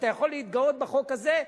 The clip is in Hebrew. אתה יכול להתגאות בחוק הזה,